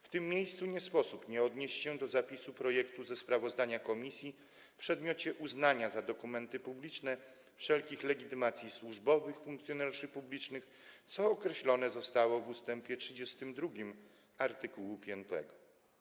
W tym miejscu nie sposób nie odnieść się do zapisu projektu ze sprawozdania komisji w przedmiocie uznania za dokumenty publiczne wszelkich legitymacji służbowych funkcjonariuszy publicznych, co określone zostało w ust. 32 art. 5.